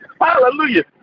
hallelujah